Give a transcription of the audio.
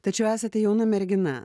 tačiau esate jauna mergina